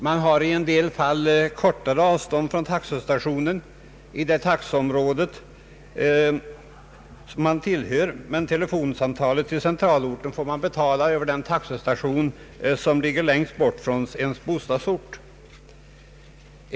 Man har i en del fall kortare avstånd till taxestationen i det taxeområde kommunens centralort ligger i, än till taxestationen i det taxeområde man tillhör, men telefonsamtalet till centralorten får man betala över den taxestation som ligger längst bort från ens bostadsort.